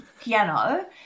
piano